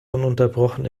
ununterbrochen